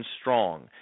strong